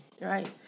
Right